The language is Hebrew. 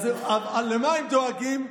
למה הם דואגים?